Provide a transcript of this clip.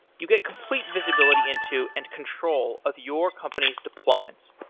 you get complete visibility into, and control of your company's deployments.